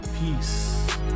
Peace